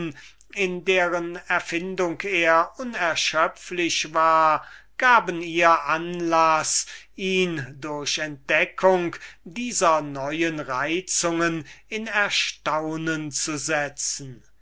in deren erfindung er unerschöpflich war um ihr den ländlichen aufenthalt angenehmer zu machen gaben ihr anlaß ihn durch entdeckung dieser neuen reizungen in erstaunung zu setzen